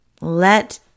Let